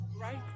Right